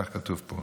כך כתוב פה.